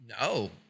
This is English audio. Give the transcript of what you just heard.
No